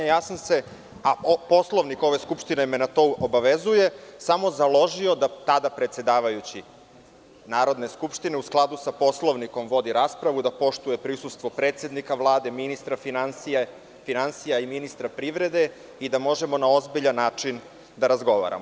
Ja sam se, a Poslovnik ove skupštine me na to obavezuje, samo založio, da tada predsedavajući Narodne skupštine u skladu sa Poslovnikom vodi raspravu, da poštuje prisustvo predsednika Vlade, ministra finansija i ministra privrede i da možemo na ozbiljan način da razgovaramo.